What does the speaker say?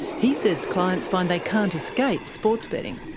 he says clients find they can't escape sports betting.